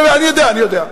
אני יודע, אני יודע.